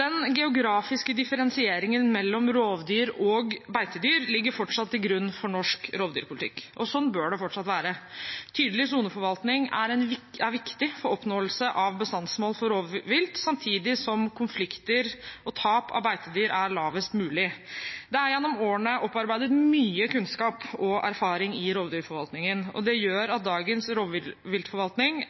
Den geografiske differensieringen mellom rovdyr og beitedyr ligger fortsatt til grunn for norsk rovdyrpolitikk. Sånn bør det fortsatt være. Tydelig soneforvaltning er viktig for oppnåelse av bestandsmål for rovvilt, samtidig som konflikter og tap av beitedyr er lavest mulig. Det er gjennom årene opparbeidet mye kunnskap og erfaring i rovdyrforvaltningen. Det gjør at dagens rovdyrforvaltning